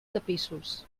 tapissos